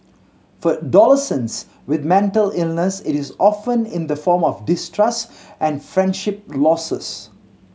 for adolescents with mental illness it is often in the form of distrust and friendship losses